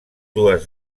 dues